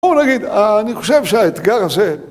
בואו נגיד, אני חושב שהאתגר הזה